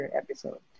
episode